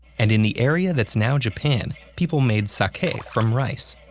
and in the area that's now japan, people made sake from rice.